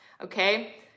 okay